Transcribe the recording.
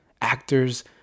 Actors